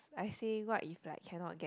I say what if like cannot get in